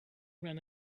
ran